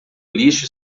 lixo